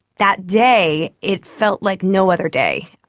that day it felt like no other day.